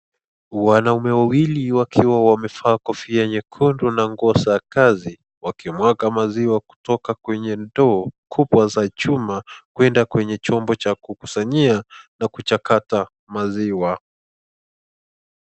Wanaume wawili wakiwa wamevaa kofia nyekundu na nguo za kazi wakimwaga maziwa kutoka kwenye ndoo kubwa za chuma kwenda kwenye chombo cha kukusanyia na kuchakataa maziwa.